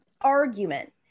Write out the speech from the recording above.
argument